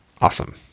Awesome